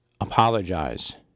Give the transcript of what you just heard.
Apologize